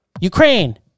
Ukraine